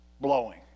Blowing